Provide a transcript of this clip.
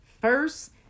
first